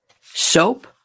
soap